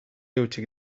hutsik